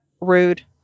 rude